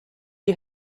you